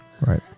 right